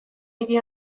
hiri